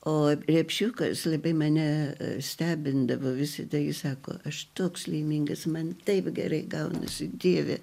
o repšiukas labai mane stebindavo visada jis sako aš toks laimingas man taip gerai gaunasi dieve